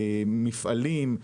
מפעלים,